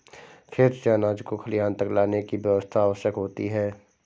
खेत से अनाज को खलिहान तक लाने की व्यवस्था आवश्यक होती है